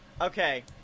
Okay